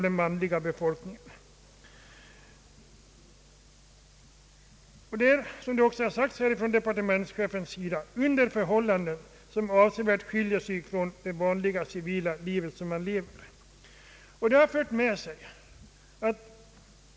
Detta sker, som det också sagts av departementschefen, under förhållanden som avsevärt skiljer sig från förhållandena i det vanliga, civila livet.